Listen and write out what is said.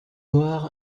noire